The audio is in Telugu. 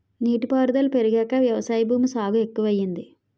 నీటి పారుదుల పెరిగాక వ్యవసాయ భూమి సాగు ఎక్కువయింది